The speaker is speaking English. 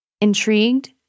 Intrigued